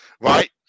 right